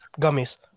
gummies